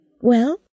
Well